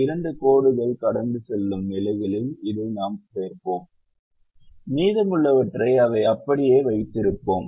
இரண்டு கோடுகள் கடந்து செல்லும் நிலைகளில் இதை நாம் சேர்ப்போம் மீதமுள்ளவற்றை அவை அப்படியே வைத்திருப்போம்